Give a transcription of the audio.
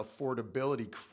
affordability